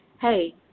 hey